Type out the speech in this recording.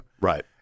Right